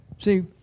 See